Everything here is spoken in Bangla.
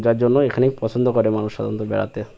যার জন্য এখানেই পছন্দ করে মানুষ সাধারণত বেড়াতে